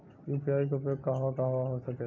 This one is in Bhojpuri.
यू.पी.आई के उपयोग कहवा कहवा हो सकेला?